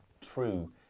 true